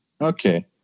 Okay